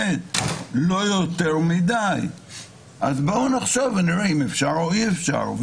אז בואו נחשוב ונראה אם אפשר או אי-אפשר.